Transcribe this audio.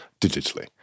digitally